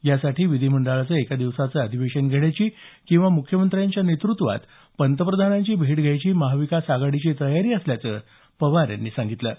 त्यासाठी विधिमंडळाचं एका दिवसाचं अधिवेशन घेण्याची किंवा मुख्यमंत्र्यांच्या नेतृत्वात पंतप्रधानांची भेट घ्यायची महाविकास आघाडीची तयारी असल्याचं पवार यांनी म्हटलं आहे